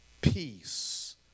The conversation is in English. peace